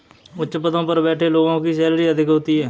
उच्च पदों पर बैठे लोगों की सैलरी अधिक होती है